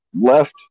left